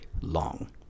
long